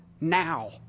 now